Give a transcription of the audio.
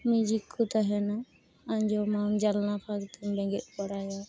music ᱠᱚ ᱛᱟᱦᱮᱱᱟ ᱟᱸᱡᱚᱢᱟᱢ ᱡᱟᱱᱞᱟ ᱯᱷᱟᱸᱠ ᱛᱮᱢ ᱵᱮᱸᱜᱮᱫ ᱵᱟᱲᱟᱭᱟ